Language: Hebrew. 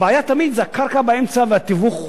הבעיה תמיד זה הקרקע באמצע והתיווך.